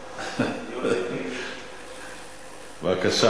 היום, בבקשה,